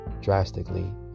drastically